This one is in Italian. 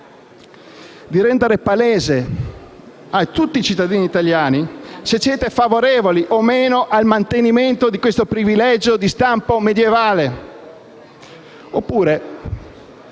di rendere palese a tutti i cittadini italiani se siete favorevoli o no al mantenimento di questo privilegio di stampo medioevale,